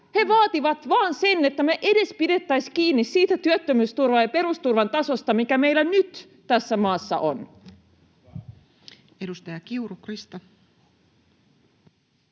He vaativat vain sitä, että me edes pidettäisiin kiinni siitä työttömyysturvan ja perusturvan tasosta, mikä meillä nyt tässä maassa on. [Speech 72]